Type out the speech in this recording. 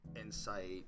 insight